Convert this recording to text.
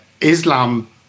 Islam